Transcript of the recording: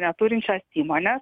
neturinčios įmonės